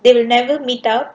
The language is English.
they will never meet out